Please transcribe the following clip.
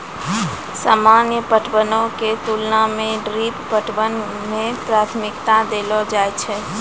सामान्य पटवनो के तुलना मे ड्रिप पटवन के प्राथमिकता देलो जाय छै